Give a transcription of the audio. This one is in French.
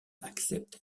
accepte